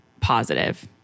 positive